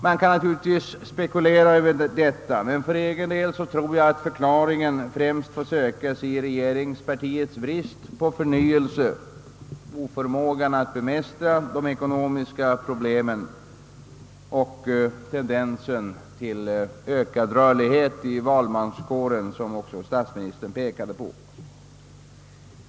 Man kan naturligtvis spekulera över detta, men för egen del tror jag att förklaringen främst får sökas i regeringspartiets brist på förnyelse, oförmågan att bemästra de ekonomiska problemen och den tendens till ökad rörlighet i valmanskåren, som också statsministern pekade på.